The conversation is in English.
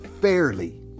fairly